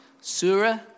Surah